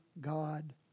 God